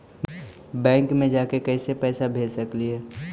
Bank मे जाके कैसे पैसा भेज सकली हे?